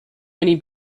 many